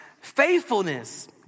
faithfulness